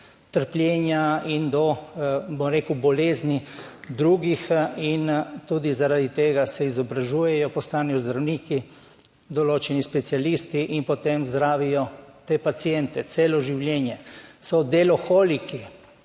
trpljenja in do, bom rekel, bolezni drugih in tudi zaradi tega se izobražujejo, postanejo zdravniki, določeni specialisti in potem zdravijo te paciente celo življenje, so deloholiki,